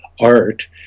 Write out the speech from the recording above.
art